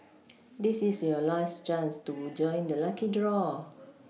this is your last chance to join the lucky draw